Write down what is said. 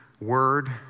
word